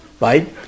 right